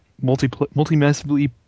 multi-massively